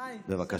מלינובסקי, בבקשה.